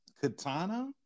katana